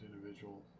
individual